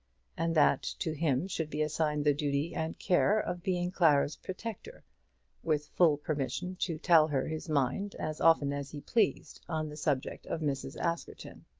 and that to him should be assigned the duty and care of being clara's protector with full permission to tell her his mind as often as he pleased on the subject of mrs. askerton.